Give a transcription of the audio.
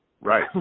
Right